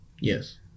Yes